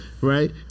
right